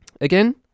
Again